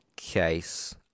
case